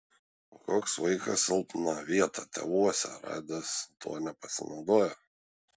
o koks vaikas silpną vietą tėvuose radęs tuo nepasinaudoja